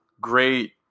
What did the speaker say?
great